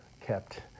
kept